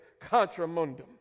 contramundum